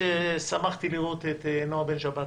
ושמחתי לראות את נעה בן שבת.